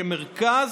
כמרכז.